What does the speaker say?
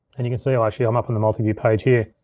and you can see how actually i'm up in the multiview page here.